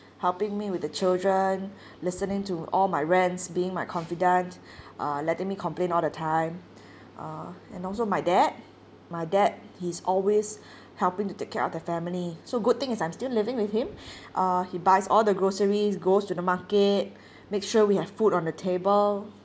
helping me with the children listening to all my rants being my confidante uh letting me complain all the time uh and also my dad my dad he's always helping to take care of the family so good thing is I'm still living with him uh he buys all the groceries goes to the market makes sure we have food on the table